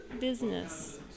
business